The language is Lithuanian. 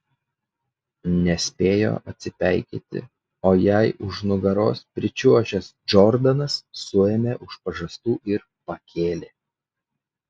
nespėjo atsipeikėti o jai už nugaros pričiuožęs džordanas suėmė už pažastų ir pakėlė